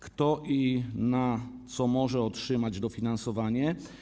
Kto i na co może otrzymać dofinansowanie?